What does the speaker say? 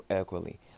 equally